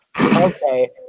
Okay